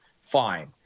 Fine